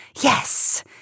Yes